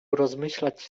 rozmyślać